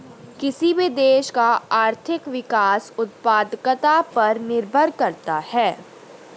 किसी भी देश का आर्थिक विकास उत्पादकता पर निर्भर करता हैं